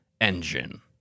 engine